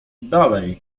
dalej